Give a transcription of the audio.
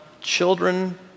children